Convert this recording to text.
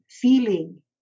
feeling